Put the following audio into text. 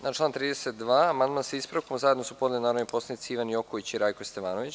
Na član 32. amandman sa ispravkom zajedno su podneli narodni poslanici Ivan Joković i Rajko Stevanović.